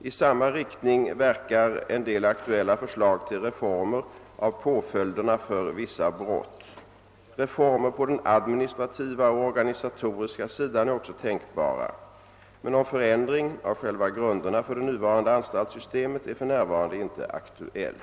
I samma riktning verkar en del aktuella förslag till reformer av påföljderna för vissa brott. Reformer på den administrativa och organisatoriska sidan är också tänkbara. Men någon förändring av själva grunderna för det nuvarande anstaltssystemet är för närvarande inte aktuell.